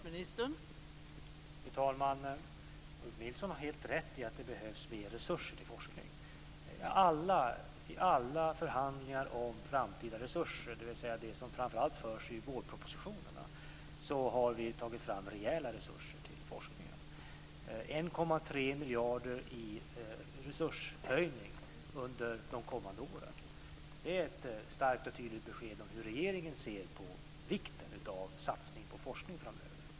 Fru talman! Ulf Nilsson har helt rätt i att det behövs mer resurser till forskning. I alla förhandlingar om framtida resurser, dvs. de som framför allt förs i vårpropositionerna, har vi tagit fram rejäla resurser till forskningen - 1,3 miljarder i resurshöjning under de kommande åren. Det är ett starkt och tydligt besked om hur regeringen ser på vikten på satsning på forskning framöver.